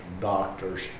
doctors